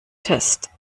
test